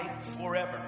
forever